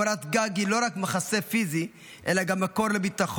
קורת גג היא לא רק מחסה פיזי אלא גם מקור לביטחון,